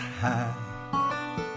high